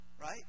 right